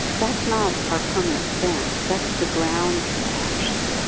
that's not our permanent stance. that's the grounds for action.